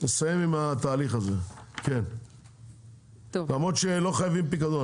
לסיים עם התהליך הזה למרות שלא חייבים פיקדון,